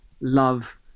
love